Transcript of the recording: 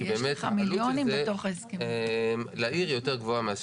כי באמת העלות של זה לעיר יותר גבוהה.